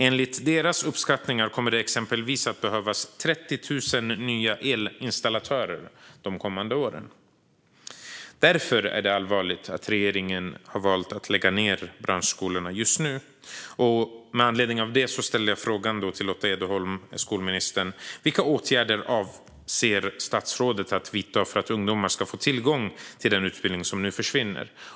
Enligt deras uppskattningar kommer det exempelvis att behövas 30 000 nya elinstallatörer de kommande åren. Därför är det allvarligt att regeringen har valt att lägga ned branschskolor just nu. Med anledning av detta ställde jag frågan till skolminister Lotta Edholm: Vilka åtgärder avser statsrådet att vidta för att ungdomar ska få tillgång till den utbildning som nu försvinner?